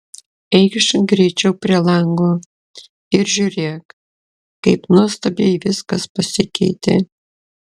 eikš greičiau prie lango ir žiūrėk kaip nuostabiai viskas pasikeitė